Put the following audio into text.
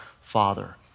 father